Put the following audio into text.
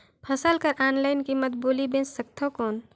फसल कर ऑनलाइन कीमत बोली बेच सकथव कौन?